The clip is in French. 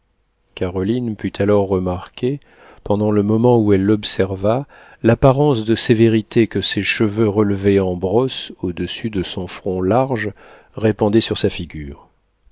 caroline put alors remarquer pendant le moment où elle l'observa l'apparence de sévérité que ses cheveux relevés en brosse au-dessus de son front large répandaient sur sa figure